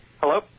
Hello